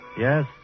Yes